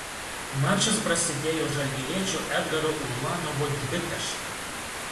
mačas prasidėjo žalgiriečio edgaro ulanovo dvitaškiu